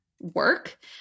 work